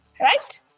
right